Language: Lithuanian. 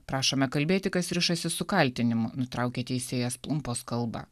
prašome kalbėti kas rišasi su kaltinimu nutraukė teisėjas plumpos kalbą